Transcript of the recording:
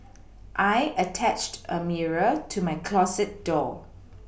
I attached a mirror to my closet door